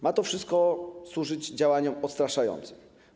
Ma to wszystko służyć działaniom odstraszającym.